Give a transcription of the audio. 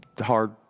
hard